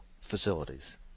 facilities